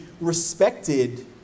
respected